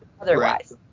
otherwise